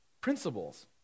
principles